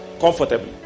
comfortably